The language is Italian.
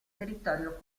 territorio